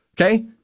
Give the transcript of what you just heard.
okay